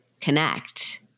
connect